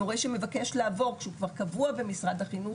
מורה שמבקש לעבור כשהוא כבר קבוע במשרד החינוך,